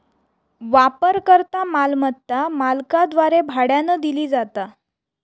वापरकर्ता मालमत्ता मालकाद्वारे भाड्यानं दिली जाता